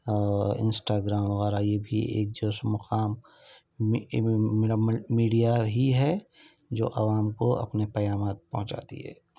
اور انسٹاگرام وغیرہ یہ بھی ایک جو ہے سو مقام میڈیا ہی ہے جو عوام کو اپنے پیغامات پہونچاتی ہے